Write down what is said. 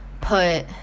put